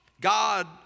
God